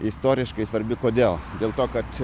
istoriškai svarbi kodėl dėl to kad